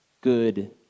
Good